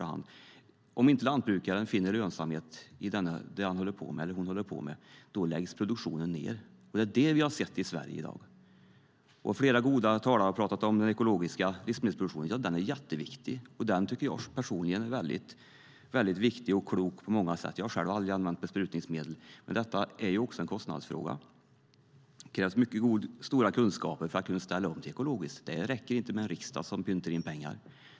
Om inte lantbrukaren finner lönsamhet i det han eller hon håller på med läggs produktionen ned. Det har vi sett i Sverige. Flera goda talare har talat om den ekologiska livsmedelsproduktionen. Den är jätteviktig, tycker jag personligen. Jag har själv aldrig använt besprutningsmedel, men det är också en kostnadsfråga. Det krävs mycket stora kunskaper för att ställa om till ekologisk produktion. Det räcker inte med en riksdag som anslår pengar.